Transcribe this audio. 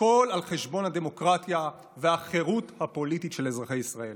הכול על חשבון הדמוקרטיה והחירות הפוליטית של אזרחי ישראל.